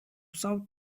south